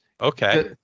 Okay